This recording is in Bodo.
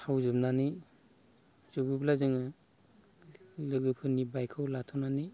थाव जोबनानै जोबोब्ला जोङो लोगोफोरनि बाइकखौ लाथ'नानै